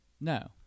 No